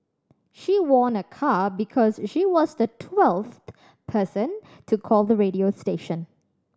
she won a car because she was the twelfth person to call the radio station